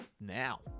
now